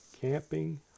camping